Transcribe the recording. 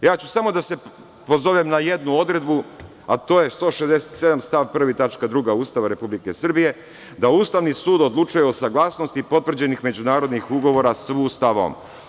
Samo ću da se pozovem na jednu odredbu, a to je 167. stav 1. tačka 2) Ustava Republike Srbije da Ustavni sud odlučuje o saglasnosti potvrđenih međunarodnih ugovora sa Ustavom.